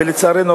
ולצערנו,